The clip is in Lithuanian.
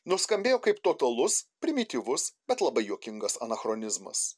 nuskambėjo kaip totalus primityvus bet labai juokingas anachronizmas